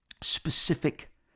specific